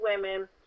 women